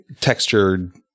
textured